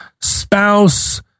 spouse